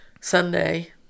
Sunday